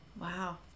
Wow